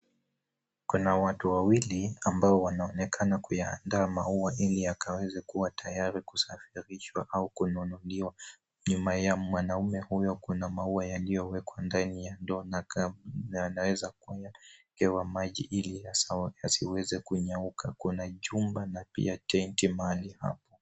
Kuna watu wawili ambao wanaonekana kuyaandaa maua ili yakaweze kuwa tayari kusafirishwa au kununuliwa. Nyuma ya mwanamume huyo kuna maua yaliyowekwa ndani ya ndoo na kando yanaweza kuwekewa maji ili yasiweze kunyauka. Kuna chumba na pia tenti mahali hapa.